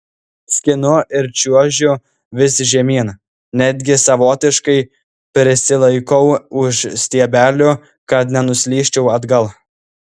skinu ir čiuožiu vis žemyn netgi savotiškai prisilaikau už stiebelių kad nenuslysčiau atgal